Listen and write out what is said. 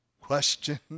question